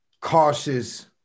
cautious